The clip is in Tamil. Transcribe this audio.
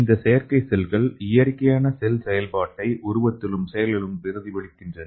இந்த செயற்கை செல்கள் இயற்கையான செல் செயல்பாட்டை உருவத்திலும் செயலிலும் பிரதிபலிக்கின்றன